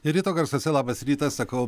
ryto garsuose labas rytas sakau